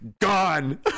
Gone